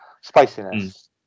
spiciness